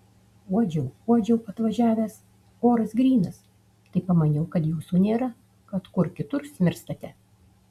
uodžiau uodžiau atvažiavęs oras grynas tai pamaniau kad jūsų nėra kad kur kitur smirstate